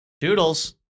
Doodles